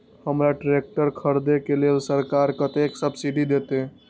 हमरा ट्रैक्टर खरदे के लेल सरकार कतेक सब्सीडी देते?